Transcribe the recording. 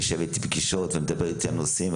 היא יושבת בפגישות ומדברת איתי על נושאים.